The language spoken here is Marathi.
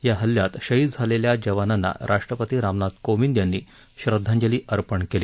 या हल्यात शहीद झालेल्या जवानांना राष्ट्रपती रामनाथ कोविंद यांनी श्रद्धांजली अर्पण केली